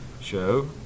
show